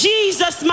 Jesus